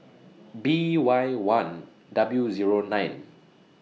B Y one W Zero nine